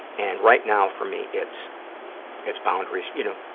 and right now, for me, it's it's boundaries, you know,